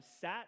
sat